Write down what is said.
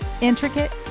Intricate